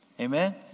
amen